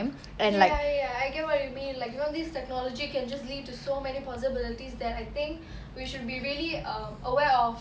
ya ya I get what you mean like you know this technology can just lead to so many possibilities then I think we should be really um aware of